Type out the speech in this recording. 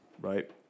Right